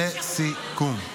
לסיכום,